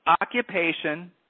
Occupation